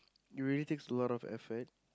you really takes a lot of effort